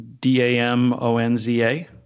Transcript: d-a-m-o-n-z-a